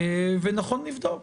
ונכון לבדוק